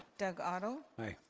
doug otto? aye.